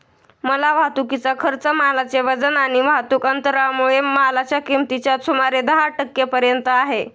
माल वाहतुकीचा खर्च मालाचे वजन आणि वाहतुक अंतरामुळे मालाच्या किमतीच्या सुमारे दहा टक्के पर्यंत आहे